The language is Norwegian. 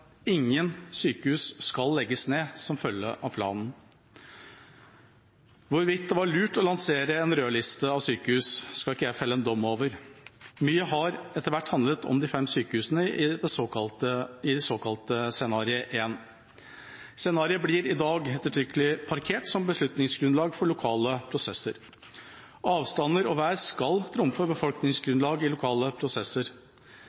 ingen sykehus legges ned som følge av planen. Hvorvidt det var lurt å lansere en rødliste av sykehus, skal ikke jeg felle en dom over. Mye har etter hvert handlet om de fem sykehusene i Scenario 1. Scenariet blir i dag ettertrykkelig parkert som beslutningsgrunnlag for lokale prosesser. Avstander og vær skal trumfe